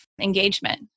engagement